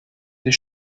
des